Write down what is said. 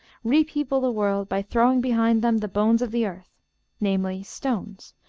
repeople the world by throwing behind them the bones of the earth' namely, stones,